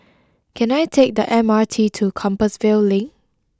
can I take the M R T to Compassvale Link